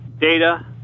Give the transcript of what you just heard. data